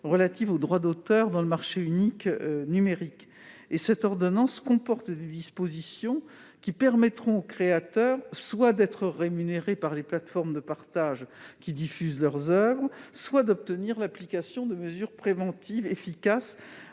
et les droits voisins dans le marché unique numérique. Cette ordonnance comporte des dispositions qui permettront aux créateurs soit d'être rémunérés par les plateformes de partage qui diffusent leurs oeuvres, soit d'obtenir l'application de mesures préventives efficaces